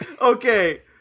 okay